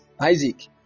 Isaac